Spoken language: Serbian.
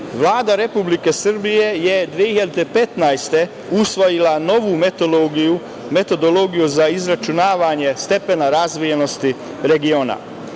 Republike Srbije je 2015. godine usvojila novu Metodologiju za izračunavanje stepena razvijenosti regiona.